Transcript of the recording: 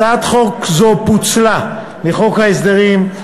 הצעת חוק זו פוצלה מחוק ההסדרים.